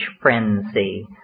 frenzy